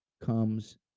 comes